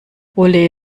olé